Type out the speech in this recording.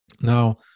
Now